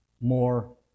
more